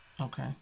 okay